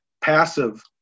passive